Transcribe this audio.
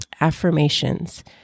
Affirmations